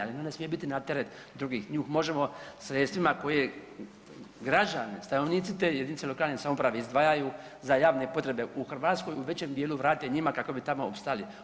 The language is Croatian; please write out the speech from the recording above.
Ali ona ne smije biti na teret drugih, nju možemo sredstvima koje građani stanovnici te jedinice lokalne samouprave izdvajaju za javne potrebe u Hrvatskoj u većem dijelu vrate njima kako bi tamo opstali.